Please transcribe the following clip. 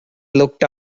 looked